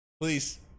Please